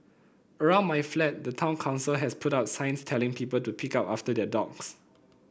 around my flat the town council has put up signs telling people to pick up after their dogs